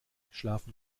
schlafen